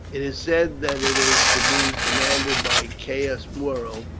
it is said that it is to be commanded by caius muro,